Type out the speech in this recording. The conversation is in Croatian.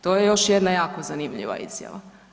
To je još jedna jako zanimljiva izjava.